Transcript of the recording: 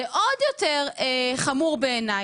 זה עוד יותר חמור בעיניי.